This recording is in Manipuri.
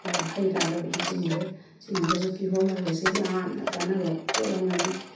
ꯍꯩꯔꯥꯗꯕꯨꯗꯤ ꯆꯤꯡꯈ꯭ꯔꯦ ꯆꯤꯡꯉꯒꯁꯨ ꯀꯤꯍꯣꯝ ꯍꯥꯏꯕꯁꯦ ꯌꯥꯝꯅ ꯀꯥꯟꯅꯕ ꯄꯣꯠ ꯑꯃꯅꯤ